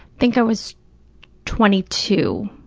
think i was twenty two.